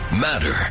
matter